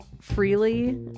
freely